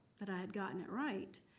that i had gotten it right,